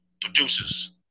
producers